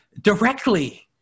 directly